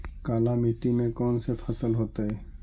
काला मिट्टी में कौन से फसल होतै?